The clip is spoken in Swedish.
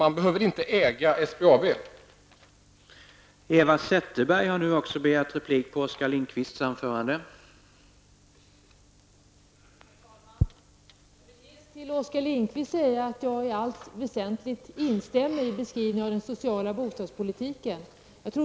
Vi finner inte att staten behöver äga